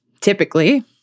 typically